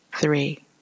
Three